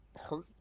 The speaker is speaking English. hurt